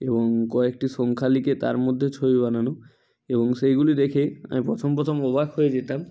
এবং কয়টি সংখ্যা লিখে তার মধ্যে ছবি বানানো এবং সেইগুলি দেখে আমি প্রথম প্রথম অবাক হয়ে যেতাম